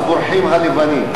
אז בורחים הלבנים.